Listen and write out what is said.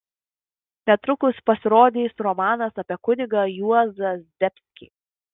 netrukus pasirodys romanas apie kunigą juozą zdebskį